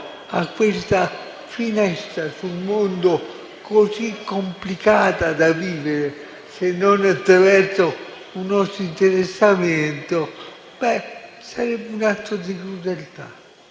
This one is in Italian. a questa finestra sul mondo così complicata da vivere, se non attraverso un nostro interessamento, beh sarebbe un atto di crudeltà,